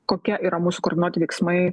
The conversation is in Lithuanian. kokie yra mūsų koordinuoti veiksmai